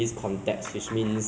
just need to